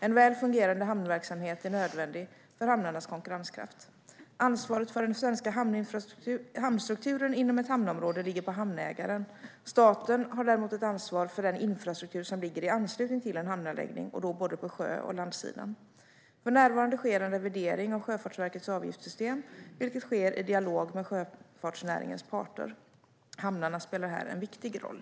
En väl fungerande hamnverksamhet är nödvändig för hamnarnas konkurrenskraft. Ansvaret för den svenska hamnstrukturen inom ett hamnområde ligger på hamnägaren. Staten har ett ansvar för den infrastruktur som ligger i anslutning till en hamnanläggning och då både på sjö och landsidan. För närvarande sker det en revidering av Sjöfartsverkets avgiftssystem, vilket sker i dialog med sjöfartsnäringens parter. Hamnarna spelar här en viktig roll.